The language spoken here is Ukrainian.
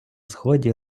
сході